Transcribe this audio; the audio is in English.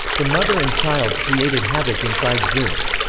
the mother and child created havoc inside zeus.